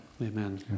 Amen